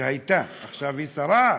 שהייתה, עכשיו היא שרה,